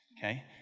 okay